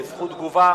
זכות תגובה